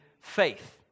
faith